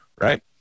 right